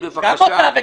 לך מפה.